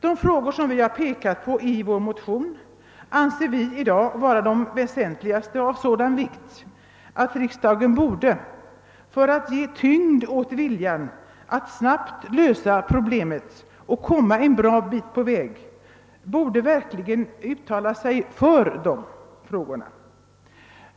De frågor som vi har pekat på i vår motion anser vi vara de väsentligaste. De är av sådan vikt att riksdagen för att ge tyngd åt viljan att snabbt lösa problemen och komma en bra bit på väg verkligen borde uttala sig för dem.